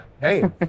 Hey